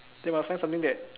then must find something that